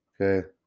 Okay